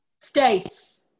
Stace